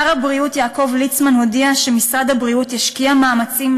שר הבריאות יעקב ליצמן הודיע שמשרד הבריאות ישקיע מאמצים